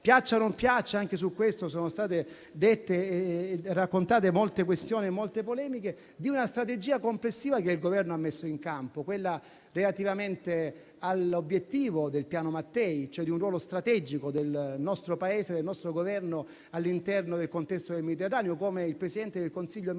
piaccia o meno, anche su questo sono state fatte molte polemiche - di una strategia complessiva che il Governo ha messo in campo relativamente all'obiettivo del piano Mattei, cioè di un ruolo strategico del nostro Paese e del nostro Governo all'interno del contesto del Mediterraneo, come il presidente del Consiglio Meloni